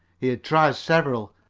he had tried several,